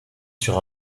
sur